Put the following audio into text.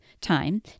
time